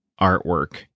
artwork